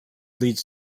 leads